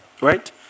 right